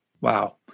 Wow